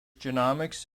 genomics